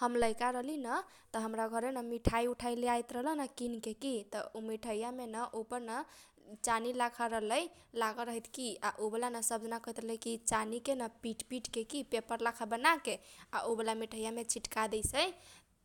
हम लैका रहलीन त हमरा घरे मिठाइ उठाइ लेयाइत रहलन किनके की त उ मिठाइयामेके न चानी लाखा लागल रहित रहलै त सब जना कहैत रलै चानीकेन पिटपिटकेन पेपर लाखा बनाके आ उबाला मिठाइया सबमे चिटकादेइसै।